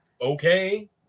okay